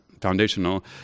foundational